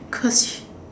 because